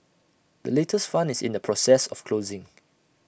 the latest fund is in the process of closing